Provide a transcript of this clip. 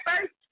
first